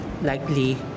likely